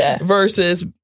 Versus